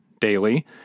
daily